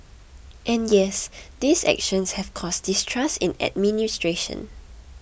and yes these actions have caused distrust in administration